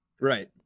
Right